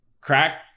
crack